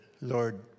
Lord